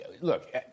Look